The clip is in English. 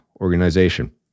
organization